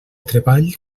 treball